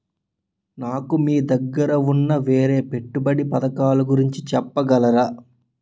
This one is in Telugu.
నాకు మీ దగ్గర ఉన్న వేరే పెట్టుబడి పథకాలుగురించి చెప్పగలరా?